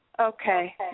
Okay